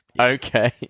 Okay